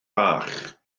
bach